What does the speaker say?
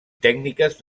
tècniques